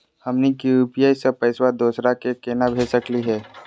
हमनी के यू.पी.आई स पैसवा दोसरा क केना भेज सकली हे?